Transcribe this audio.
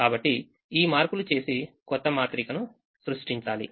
కాబట్టి ఈ మార్పులు చేసి కొత్త మాత్రిక ను సృష్టించాలి